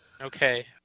Okay